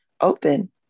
open